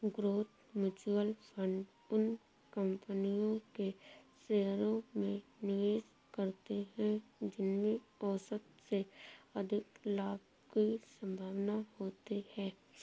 growth mutual fund उन कंपनियों के शेयरों में निवेश करते हैं जिनमें औसत से अधिक लाभ की संभावना होती है